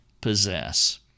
possess